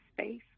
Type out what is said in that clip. space